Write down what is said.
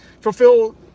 fulfill